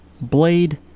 Blade